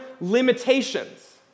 limitations